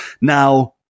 now